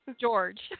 George